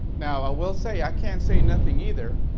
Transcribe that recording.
now i will say, i can't say nothing either,